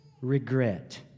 regret